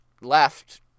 left